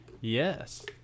Yes